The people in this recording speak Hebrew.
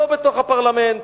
לא בתוך הפרלמנט,